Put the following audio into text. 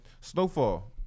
Snowfall